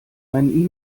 einen